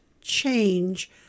change